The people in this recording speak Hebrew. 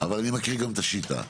אבל אני מכיר גם את השיטה.